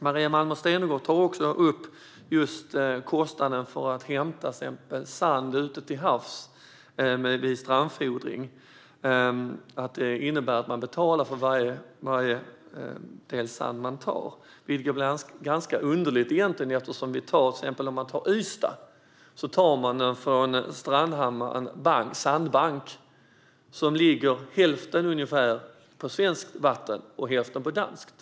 Maria Malmer Stenergard tar upp just kostnaden för att hämta sand ute till havs vid strandfodring. Man betalar för varje del sand man tar. Det blir egentligen ganska underligt. I till exempel Ystad tas sanden från en sandbank vid Sandhammaren, som ligger till ungefär hälften på svenskt vatten och hälften på danskt.